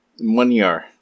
Munyar